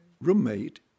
roommate